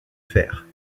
faire